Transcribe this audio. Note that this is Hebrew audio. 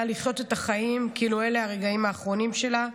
היה לחיות את החיים כאילו אלה הרגעים האחרונים שלה.